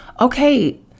Okay